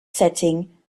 setting